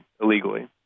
illegally